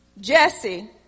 Jesse